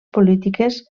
polítiques